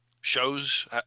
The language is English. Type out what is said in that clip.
shows